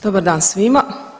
Dobar dan svima.